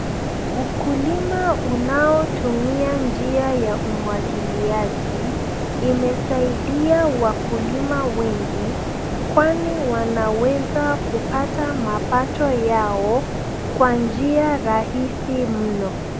Ukulima unaotumia njia ya umwagiliaji imesaidia wakulima wengi kwani wanaweza kupata mapato yao kwa njia rahisi mno.